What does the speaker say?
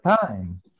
time